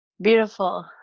beautiful